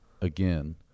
again